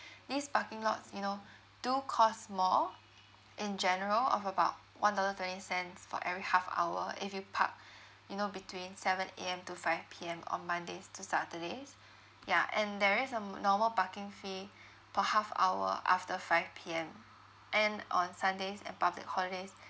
these parking lots you know do cost more in general of about one dollar twenty cents for every half hour if you park you know between seven A_M to five P_M on mondays to saturdays ya and there is a m~ normal parking fee per half hour after five P_M and on sundays and public holidays